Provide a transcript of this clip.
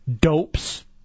dopes